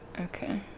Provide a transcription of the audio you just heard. Okay